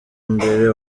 mbere